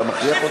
אתה מכריח אותי?